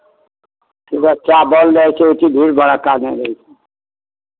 व्यवस्था बड़ रहै छै कि भीड़ भड़क्का नहि रहै